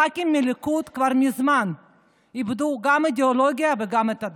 הח"כים מהליכוד כבר מזמן איבדו גם את האידיאולוגיה וגם את הדרך.